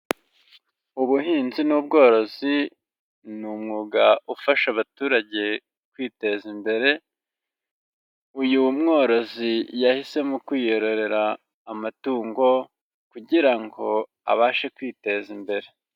Ubuhinzi n'ubworozi ni umwuga ufasha abaturage kwiteza imbere. Uyu mworozi yahisemo kwiyororera amatungo kugira ngo abashe kwiteza imbere.